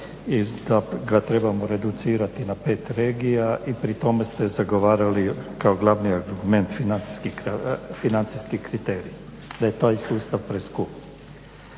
da ga trebamo reducirati na pet regija i pri tome ste zagovarali kao glavni argument financijski kriterij, da je taj sustav preskup.